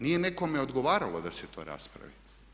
Nije nekome odgovaralo da se to raspravi.